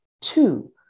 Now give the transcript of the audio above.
two